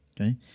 Okay